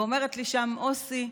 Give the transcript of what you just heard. ואומרת לי שם אוסי: